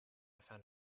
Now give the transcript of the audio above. found